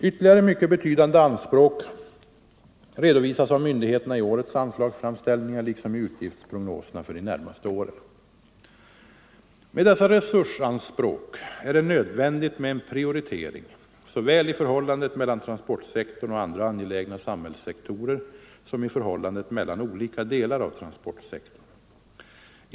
Ytterligare mycket betydande anspråk redovisas av myndigheterna i årets anslagsframställningar liksom i utgiftsprognoserna för de närmaste åren. Med dessa resursanspråk är det nödvändigt med en prioritering såväl i förhållandet mellan transportsektorn och andra angelägna samhällssektorer som i förhållandet mellan olika delar av transportsektorn.